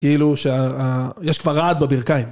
כאילו שיש כבר רעד בברכיים.